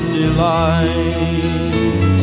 delight